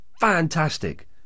fantastic